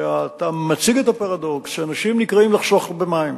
אתה מציג את הפרדוקס שאנשים נקראים לחסוך במים,